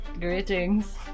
Greetings